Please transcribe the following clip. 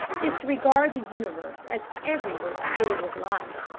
is to regard the universe as everywhere filled with life.